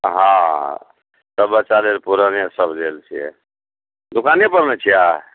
हँ सब बच्चा लेल पुराने सब लेल छियै दोकाने पर ने छियै